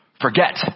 forget